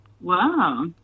Wow